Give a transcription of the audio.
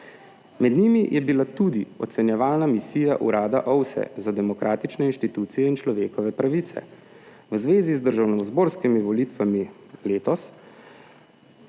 Med njimi je bila tudi ocenjevalna misija Urada OVSE za demokratične institucije in človekove pravice. V zvezi z državnozborskimi volitvami letos